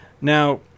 now